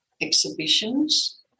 exhibitions